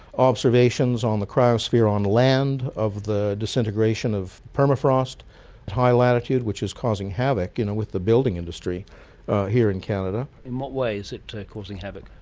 observations on the cryosphere on land of the disintegration of permafrost at high latitude which is causing havoc with the building industry here in canada. in what way is it causing havoc?